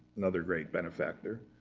another great benefactor.